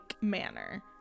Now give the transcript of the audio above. manner